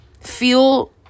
feel